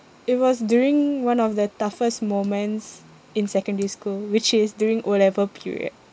it was during one of the toughest moments in secondary school which is during O'level period